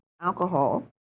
alcohol